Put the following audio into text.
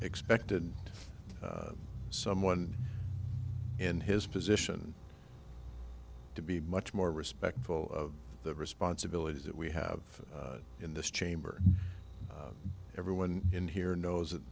expected someone in his position to be much more respectful of the responsibilities that we have in this chamber everyone in here knows